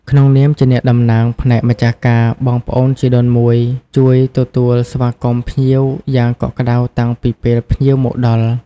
ក្នុងនាមជាអ្នកតំណាងផ្នែកម្ចាស់ការ បងប្អូនជីដូនមួយជួយ ទទួលស្វាគមន៍ភ្ញៀវ យ៉ាងកក់ក្តៅតាំងពីពេលភ្ញៀវមកដល់។